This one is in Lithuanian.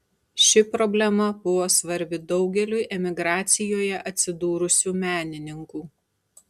ši problema buvo svarbi daugeliui emigracijoje atsidūrusių menininkų